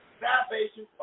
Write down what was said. salvation